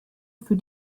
für